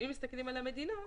אם מסתכלים על המדינות,